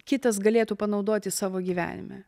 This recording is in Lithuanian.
kitas galėtų panaudoti savo gyvenime